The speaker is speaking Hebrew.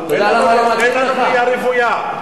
אין לנו בנייה רוויה,